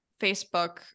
facebook